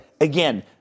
Again